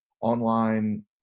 online